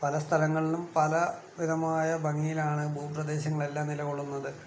പല സ്ഥലങ്ങളിലും പല വിധമായ ഭംഗിയിലാണ് ഭൂപ്രദേശങ്ങളെല്ലാം നിലകൊള്ളുന്നത്